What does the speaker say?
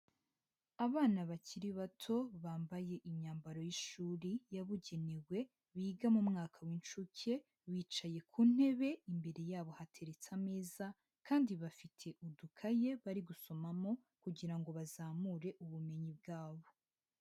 Abana bakiri bato bambaye imyambaro y'ishuri yabugenewe, biga mu mwaka w'incuke, bicaye ku ntebe imbere yabo hateretse ameza kandi bafite udukaye bari gusomamo kugira ngo bazamure ubumenyi bwabo.